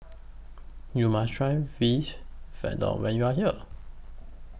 YOU must Try when YOU Are here